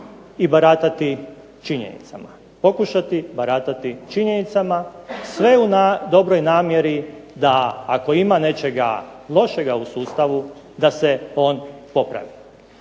i baratati činjenicama, pokušati baratati činjenicama, sve u dobroj namjeri da ako ima nečega lošega u sustavu da se on popravi.